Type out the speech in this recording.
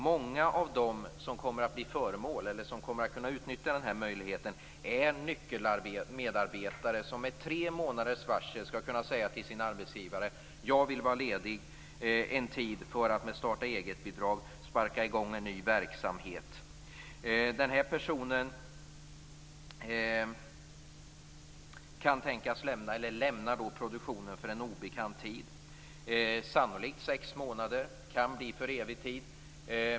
Många av dem som kommer att kunna utnyttja denna möjlighet är nyckelmedarbetare som med tre månaders varsel skall kunna säga till sin arbetsgivare att han eller hon vill vara ledig en tid för att med starta-eget-bidrag sparka i gång en ny verksamhet. Denna person lämnar då produktionen på obestämd tid, sannolikt sex månader, men det kan bli för evig tid.